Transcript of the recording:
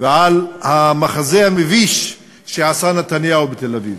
ועל המחזה המביש שעשה נתניהו בתל-אביב.